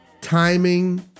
Timing